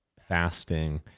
fasting